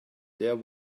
there